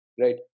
Right